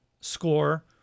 score